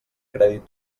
crèdit